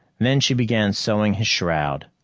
then she began sewing his shroud.